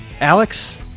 Alex